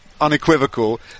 unequivocal